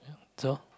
so